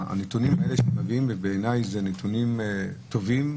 הנתונים האלה שמביאים בעיניי הם נתונים טובים,